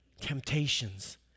temptations